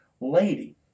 lady